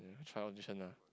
child edition ah